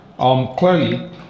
clearly